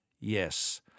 yes